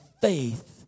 faith